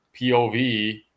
POV